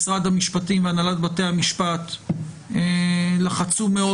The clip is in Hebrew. משרד המשפטים והנהלת בתי המשפט לחצו מאוד